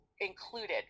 included